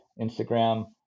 Instagram